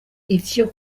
ivyo